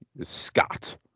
Scott